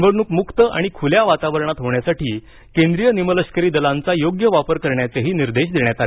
निवडणूक मुक्त आणि खुल्या वातावरणात होणयासाठी केंद्रीय निमलष्करी दलांचा योग्य वापर करण्याचेही निर्देश देण्यात आले